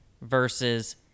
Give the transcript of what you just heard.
versus